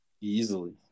Easily